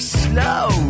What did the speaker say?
slow